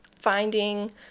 finding